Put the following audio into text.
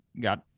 got